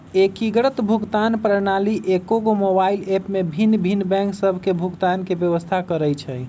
एकीकृत भुगतान प्रणाली एकेगो मोबाइल ऐप में भिन्न भिन्न बैंक सभ के भुगतान के व्यवस्था करइ छइ